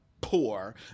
poor